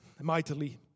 mightily